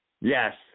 Yes